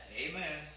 Amen